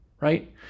right